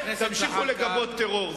תמשיכו לגבות טרור.